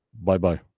Bye-bye